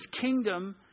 kingdom